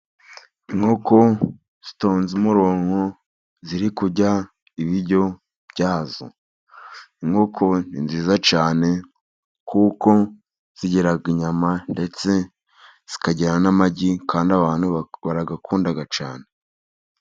Inkoko zitonze umurongo ziri kurya ibiryo byazo, inkoko ni nziza cyane kuko zigira inyama ndetse zikagira n'amagi kandi abantu barayakunda cyane.